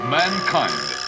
mankind